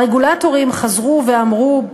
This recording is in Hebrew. הרגולטורים חזרו ואמרו,